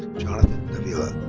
jonathan davila.